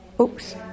Oops